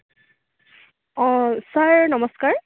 sir নমস্কাৰ